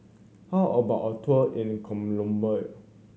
how about a tour in Colombia